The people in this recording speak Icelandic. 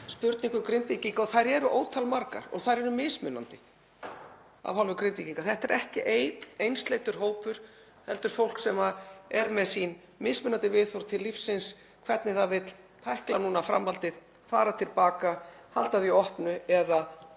spurningum Grindvíkinga. Þær eru ótal margar og þær eru mismunandi af hálfu Grindvíkinga. Þetta er ekki einsleitur hópur heldur fólk sem er með sín mismunandi viðhorf til lífsins, hvernig það vill tækla framhaldið, fara til baka eða halda því opnu eða